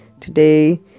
today